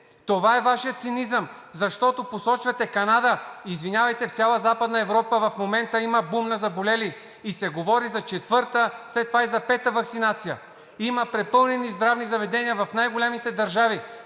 Това е Вашият цинизъм, защото посочвате Канада, извинявайте, в цяла Западна Европа в момента има бум на заболели и се говори за четвърта, след това и за пета ваксинация. Има препълнени здравни заведения в най-големите държави.